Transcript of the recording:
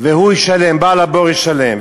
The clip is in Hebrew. הוא ישלם, בעל הבור ישלם.